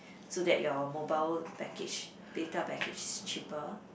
so that your mobile package data package is cheaper